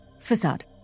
Facade